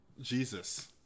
Jesus